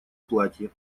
платье